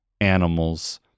animals